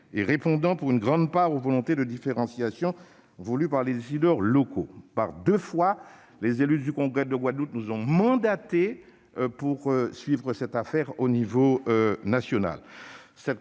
et répondant, pour une grande part, à la volonté de différenciation des décideurs locaux. Par deux fois, les élus du congrès de Guadeloupe nous ont mandatés pour suivre cette affaire au niveau national.